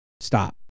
Stop